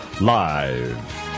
Live